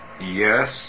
Yes